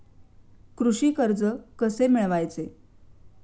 कृषी कर्ज कसे मिळवायचे?